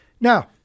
Now